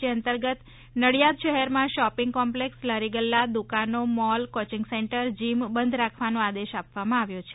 જે અંતર્ગત નડિયાદ શહેરમાં શોપીંગ કોમ્પલેક્ષ લારી ગલ્લા દુકાનો મોલ કોચીંગ સેન્ટર જીમ બંધ રાખવાનો આદેશ આપવામાં આવ્યો છે